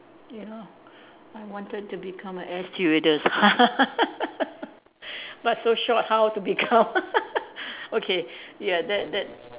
you know I wanted to become an air stewardess but so short how to become okay ya that that